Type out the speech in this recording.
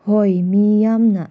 ꯍꯣꯏ ꯃꯤꯌꯥꯝꯅ